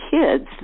kids